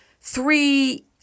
three